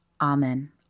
Amen